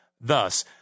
Thus